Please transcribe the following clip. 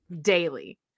daily